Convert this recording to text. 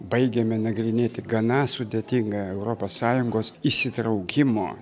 baigėme nagrinėti gana sudėtingą europos sąjungos įsitraukimo